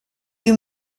you